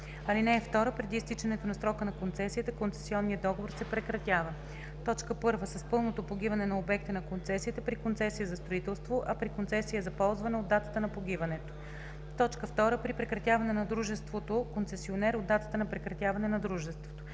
съюз. (2) Преди изтичането на срока на концесията концесионният договор се прекратява: 1. с пълното погиване на обекта на концесията при концесия за строителство, а при концесия за ползване – от датата на погиването; 2. при прекратяване на дружеството-концесионер – от датата на прекратяване на дружеството;